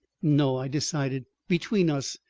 no, i decided. between us,